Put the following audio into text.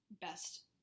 Best